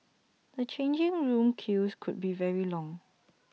the changing room queues could be very long